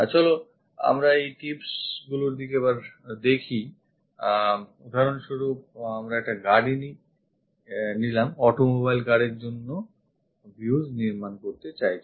চলো আমরা এই tips গুলির দিকে তাকাই উদাহরণস্বরূপ আমরা একটা গাড়ি automobile গাড়ির জন্য views নির্মান করতে চাইছি